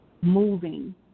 moving